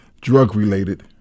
drug-related